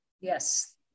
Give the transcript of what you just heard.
Yes